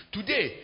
Today